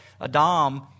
Adam